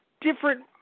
different